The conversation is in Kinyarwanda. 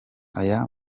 aya